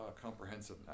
comprehensive